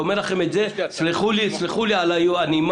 ואומר לכם את זה סלחו לי על הנימה